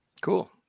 Cool